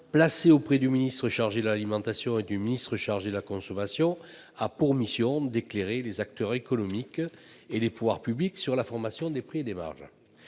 placé auprès du ministre chargé de l'alimentation et du ministre chargé de la consommation. Il a pour mission d'éclairer les acteurs économiques et les pouvoirs publics sur la formation des prix et des marges